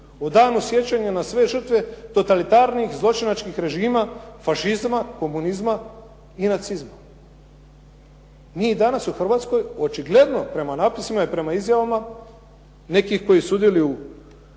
o danu sjećanja na sve žrtve totalitarnih zločinačkih režima fašizma, komunizma i nacizma. Mi danas u Hrvatskoj, očigledno prema napisima i prema izjavama nekih koji sudjeluju